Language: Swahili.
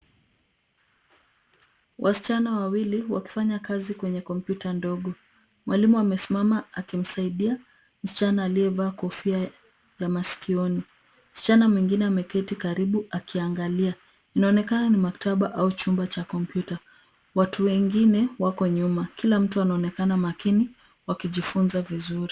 Wasichana wawili wakifanya kazi kwenye kompyuta ndogo, mwalimu amesimama akimsaidia msichana aliyevaa kofia ya maskioni. Msichana mwingine ameketi karibu akiangalia. Inaonekana ni maktaba au chumba cha kompyuta, watu wengine wako nyuma. Kila mtu anaonekana makini wakijifunza vizuri.